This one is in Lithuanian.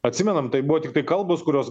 atsimenam tai buvo tiktai kalbos kurios